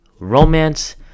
Romance